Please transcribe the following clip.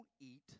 eat